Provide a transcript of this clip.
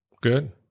Good